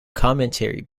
commentary